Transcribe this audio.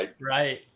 Right